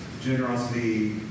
generosity